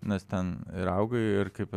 nes ten ir augai ir kaip